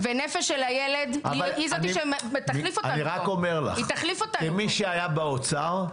ונפש של הילד היא זאת --- כמי שהיה באוצר,